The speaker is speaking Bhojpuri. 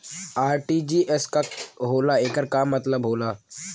आर.टी.जी.एस का होला एकर का मतलब होला?